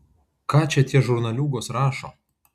ką čia tie žurnaliūgos rašo